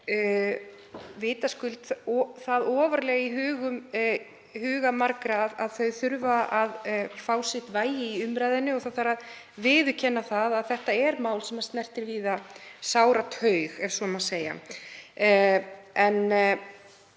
vitaskuld það ofarlega í huga margra að þau þurfi að fá sitt vægi í umræðunni. Það þarf að viðurkenna að þetta er mál sem snertir víða sára taug, ef svo má segja. Að